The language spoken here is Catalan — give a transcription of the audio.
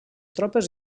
tropes